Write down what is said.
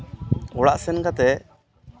ᱚᱲᱟᱜ ᱥᱮᱱ ᱠᱟᱛᱮ